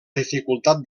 dificultat